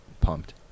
pumped